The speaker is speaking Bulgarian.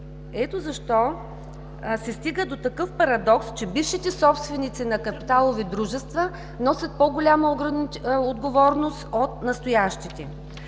Ето защо се стига до такъв парадокс, че бившите собственици на капиталови дружества носят по-голяма отговорност от настоящите.